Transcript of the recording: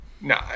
No